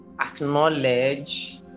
acknowledge